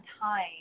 time